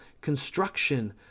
construction